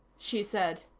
she said.